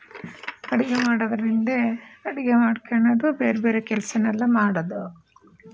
ಅಡಿಗೆ ಮಾಡೋದರ ಹಿಂದೆ ಅಡಿಗೆ ಮಾಡ್ಕೊಳೋದು ಬೇರೆ ಬೇರೆ ಕೆಲಸನೆಲ್ಲ ಮಾಡೋದು